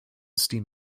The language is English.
steam